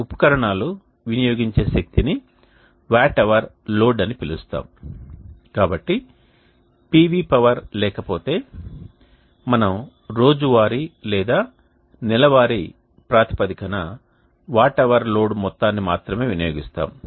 ఇందులోని ఉపకరణాలు వినియోగించే శక్తి ని "వాట్ అవర్ లోడ్" అని పిలుస్తాను కాబట్టి PV పవర్ లేకపోతే మనము రోజువారీ లేదా నెలవారీ ప్రాతిపదికన వాట్ అవర్ లోడ్ మొత్తాన్ని మాత్రమే వినియోగిస్తాము